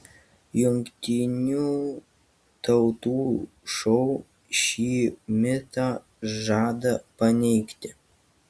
jungtinių tautų šou šį mitą žada paneigti